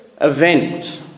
event